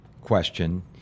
question